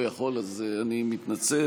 אז אני מתנצל.